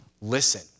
Listen